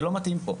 זה לא מתאים פה.